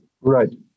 Right